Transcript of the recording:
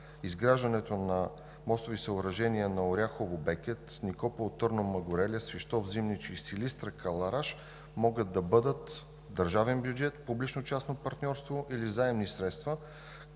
изграждането на мостови съоръжения на Оряхово – Бекет, Никопол – Турну Мъгуреле, Свищов – Зимнич и Силистра – Кълъраш могат да бъдат от държавния бюджет, публично-частно партньорство или заемни средства